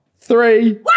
Three